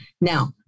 Now